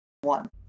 one